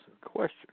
question